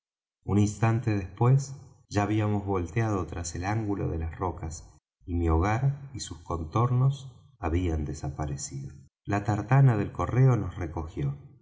un instante después ya habíamos volteado tras el ángulo de las rocas y mi hogar y sus contornos habían desaparecido la tartana del correo nos recogió